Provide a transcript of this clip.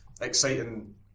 exciting